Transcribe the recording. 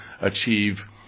achieve